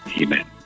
Amen